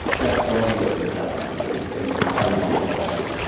that's one thing that happened to me in finding philosophy,